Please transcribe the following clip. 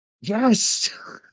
Yes